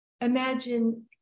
Imagine